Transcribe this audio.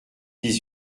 dix